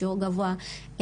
שיעור גבוה,